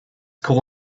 call